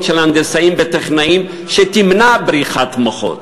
של הנדסאים וטכנאים שתמנע בריחת מוחות?